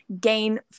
gain